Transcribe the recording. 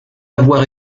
avoir